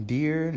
Dear